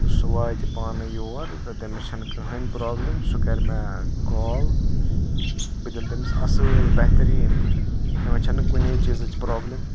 سُہ واتہِ پانے یور تہٕ تٔمس چھَنہٕ کٕہٕنۍ پرابلم سُہ کَرِ مےٚ کال بہٕ دِمہ تٔمس اصٕل بہتریٖن پٲٹھۍ تِمَن چھَنہٕ کُنے چیٖزٕچ پرابلم